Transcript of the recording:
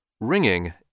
Ringing